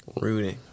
Rooting